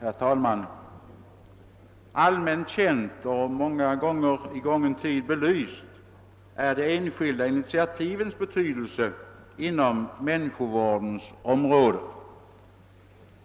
Herr talman! Allmänt känt och i gången tid ofta belyst är väl de enskilda initiativens betydelse på människovårdens område.